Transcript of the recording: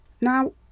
Now